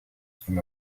from